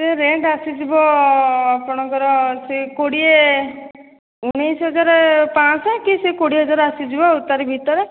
ସେ ରେଟ୍ ଆସିଯିବ ଆପଣଙ୍କର ସେଇ କୋଡ଼ିଏ ଉଣେଇଶ ହଜାର ପାଞ୍ଚଶହ କି ସେଇ କୋଡ଼ିଏ ହଜାର ଆସିଯିବ ଆଉ ତାରି ଭିତରେ